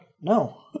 No